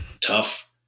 Tough